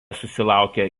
susilaukė